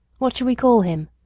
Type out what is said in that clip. what shall we call him?